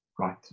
right